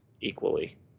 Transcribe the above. equally